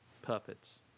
Puppets